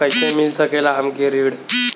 कइसे मिल सकेला हमके ऋण?